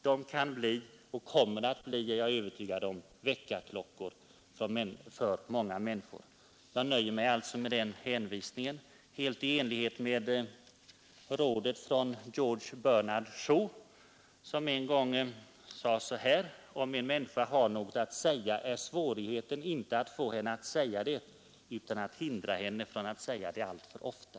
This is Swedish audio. De kommer även i fortsättningen att bli väckarklockor för många människor. Jag nöjer mig alltså med den hänvisningen och slutar här. Det sker i enlighet med rådet från George Bernard Shaw, som en gång sade: ”Om en människa har något att säga är svårigheten inte att få henne att säga det utan att hindra henne från att säga det alltför ofta.”